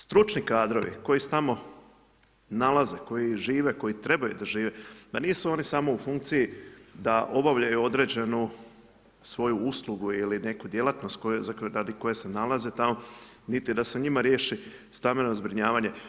Stručni kadrovi koji se tamo nalaze, koji žive, koji trebaju da žive, ma nisu oni samo u funkciji da obavljaju određenu svoju uslugu ili neku djelatnost radi koje se nalaze tamo, niti da se njima riješi stambeno zbrinjavanje.